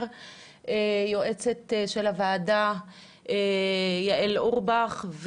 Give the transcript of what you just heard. יועצת הוועדה יעל אורבך,